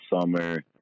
summer